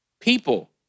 People